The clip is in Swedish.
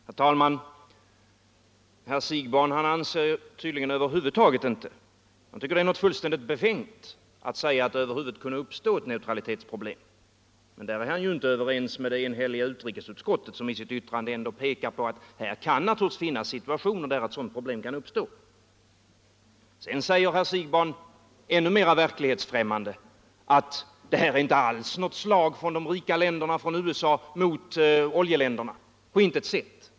Herr talman! Herr Siegbahn anser tydligen över huvud taget inte — han tycker det är fullständigt befängt — att det kan uppstå neutralitetsproblem. Men där är han ju inte överens med det enhälliga utrikesutskottet, som i sitt yttrande ändå pekar på att här kan naturligtvis finnas situationer där ett sådant problem kan uppstå. Sedan säger herr Siegbahn —- ännu mera verklighetsfrämmande — att det här är på intet sätt något slag från de rika länderna, från USA, mot oljeländerna. Jaså!